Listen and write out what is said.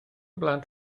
blant